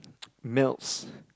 melts